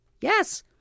yes